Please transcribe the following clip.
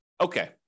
okay